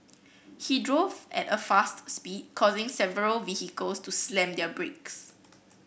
he drove at a fast speed causing several vehicles to slam their brakes